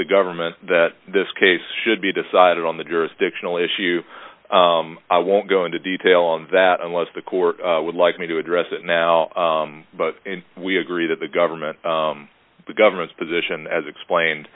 the government that this case should be decided on the jurisdictional issue i won't go into detail on that unless the court would like me to address it now but we agree that the government the government's position as explain